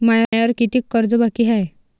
मायावर कितीक कर्ज बाकी हाय?